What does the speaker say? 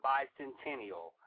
Bicentennial